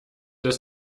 das